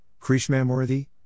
Krishnamurthy